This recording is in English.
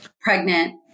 pregnant